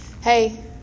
hey